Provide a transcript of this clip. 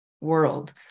world